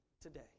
today